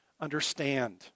understand